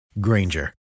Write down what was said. Granger